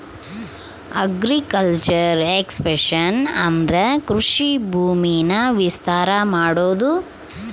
agriculture expansion ಅಂದ್ರೆ ಕೃಷಿ ಭೂಮಿನ ವಿಸ್ತಾರ ಮಾಡೋದು